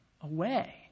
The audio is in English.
away